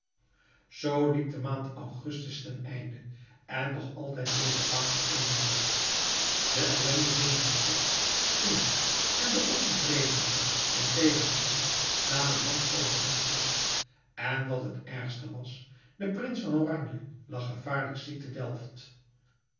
zoo liep de maand augustus ten einde en nog altijd bleef het water even laag de ellende binnen de stad steeg en de ontevredenheid en tegenstand namen hand over hand toe en wat het ergste was de prins van oranje lag gevaarlijk ziek te delft